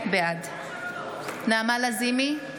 בעד נעמה לזימי,